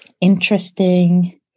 interesting